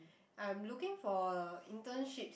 I'm looking for internships